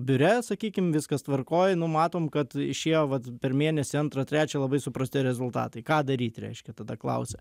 biure sakykim viskas tvarkoj nu matom kad išėjo vat per mėnesį antrą trečią labai suprastėjo rezultatai ką daryt reiškia tada klausia